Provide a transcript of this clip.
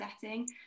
setting